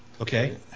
okay